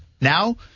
Now